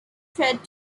threat